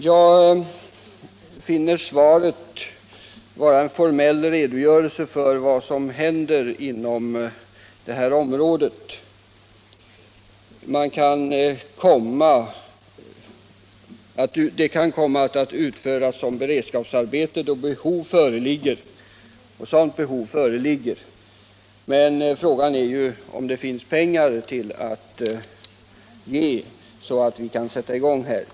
Jag anser svaret vara en formell redogörelse för vad som händer på detta område. Objekten kan komma att utföras som beredskapsarbete, då sådant behov föreligger, heter det, men frågan är ju om det finns pengar, så att arbetena kan sättas i gång.